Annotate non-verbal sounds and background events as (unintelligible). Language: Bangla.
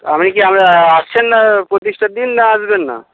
(unintelligible) কি আপনারা আসছেন না প্রতিষ্ঠার দিন না আসবেন না